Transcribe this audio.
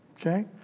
Okay